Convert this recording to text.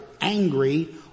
angry